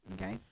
Okay